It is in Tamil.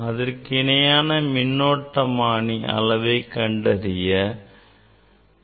இதற்கு இணையான மின்னோட்டமானி அளவை கண்டறிய வேண்டும்